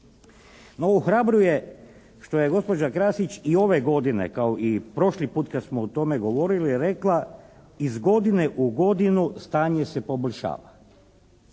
ohrabruje što je gospođa Krasić i ove godine kao i prošli put kad smo o tome govorili rekla iz godine u godinu stanje se poboljšava.